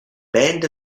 band